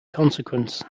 consequence